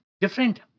different